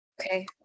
Okay